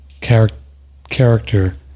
character